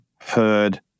heard